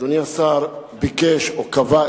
אדוני השר ביקש או קבע,